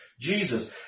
Jesus